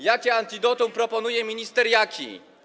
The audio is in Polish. Jakie antidotum proponuje minister Jaki?